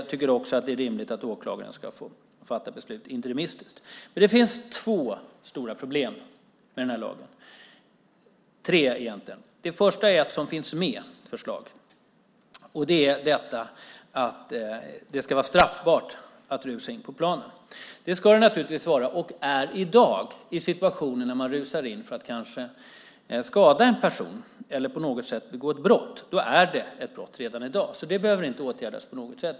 Jag tycker också att det är rimligt att åklagaren ska få fatta beslut interimistiskt. Men det finns två, eller egentligen tre, stora problem med den här lagen. Det första är något som finns med i förslaget, och det är att det ska vara straffbart att rusa in på planen. Det ska det naturligtvis vara, och är redan i dag, i situationer när man rusar in för att kanske skada en person eller på något sätt begå ett brott. Då är det ett brott redan i dag, så det behöver inte åtgärdas på något sätt.